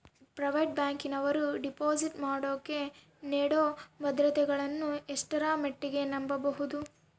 Private ಬ್ಯಾಂಕಿನವರು deposit ಮಾಡೋಕೆ ನೇಡೋ ಭದ್ರತೆಗಳನ್ನು ಎಷ್ಟರ ಮಟ್ಟಿಗೆ ನಂಬಬಹುದು?